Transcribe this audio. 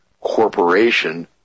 corporation